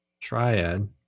triad